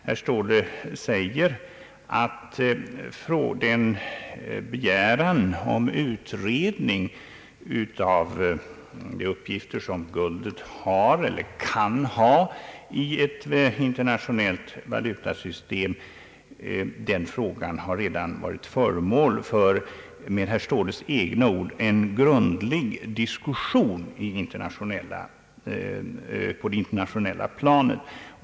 Herr Ståhle sade nämligen att en begäran om utredning av de uppgifter som guldet har eller kan ha i ett internationellt valutasystem redan har varit föremål för — med herr Ståhles egna . ord — »en grundlig diskussion» på det internationella planet.